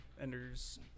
Enders